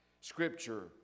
scripture